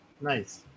Nice